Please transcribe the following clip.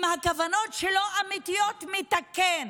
אם הכוונות שלו אמיתיות, מתקן,